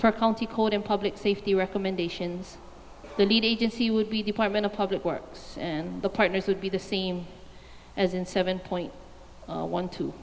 for county court and public safety recommendations the lead agency would be department of public works and the partners would be the same as in seven point one t